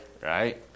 right